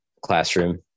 classroom